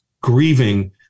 grieving